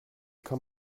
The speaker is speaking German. kann